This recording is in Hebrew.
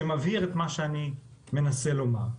שמבהיר את מה שאני מנסה לומר.